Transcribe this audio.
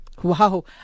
Wow